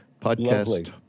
podcast